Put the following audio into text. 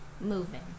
moving